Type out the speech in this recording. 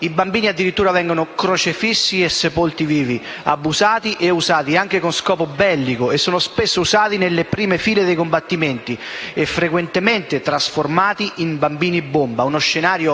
I bambini vengono addirittura crocefissi, sepolti vivi, abusati e usati anche con scopo bellico e sono spesso usati nelle prime file dei combattimenti e, frequentemente, trasformati in bambini-bomba: uno scenario